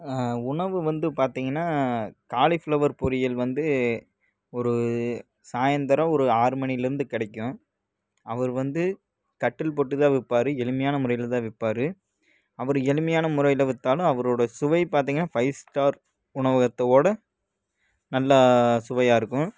உணவு வந்து பார்த்தீங்கன்னா காலிஃப்ளவர் பொரியல் வந்து ஒரு சாய்ந்திரம் ஒரு ஆறு மணிலேருந்து கிடைக்கும் அவர் வந்து கட்டில் போட்டுதான் விற்பாரு எளிமையான முறையில்தான் விற்பாரு அவர் எளிமையான முறையில் விற்றாலும் அவரோட சுவை பார்த்தீங்கன்னா ஃபைவ் ஸ்டார் உணவகத்தோட நல்லா சுவையாக இருக்கும்